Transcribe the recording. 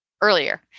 earlier